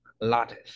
lattice